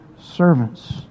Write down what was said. servants